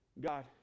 God